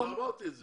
הצעתי את זה.